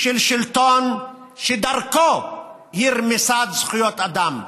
של שלטון שדרכו היא רמיסת זכויות אדם.